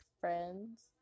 friends